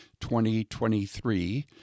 2023